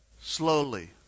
Slowly